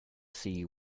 see